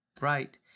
Right